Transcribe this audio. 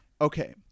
okay